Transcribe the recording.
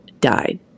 died